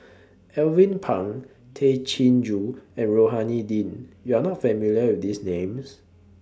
Alvin Pang Tay Chin Joo and Rohani Din YOU Are not familiar with These Names